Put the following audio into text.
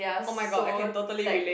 oh my god I can totally relate